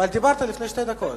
אבל דיברת לפני שתי דקות.